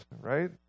right